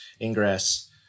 ingress